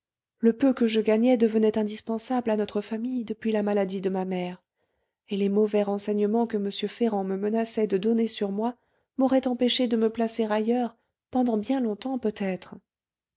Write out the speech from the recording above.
le peu que je gagnais devenait indispensable à notre famille depuis la maladie de ma mère et les mauvais renseignements que m ferrand me menaçait de donner sur moi m'auraient empêchée de me placer ailleurs pendant bien longtemps peut-être